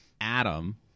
Adam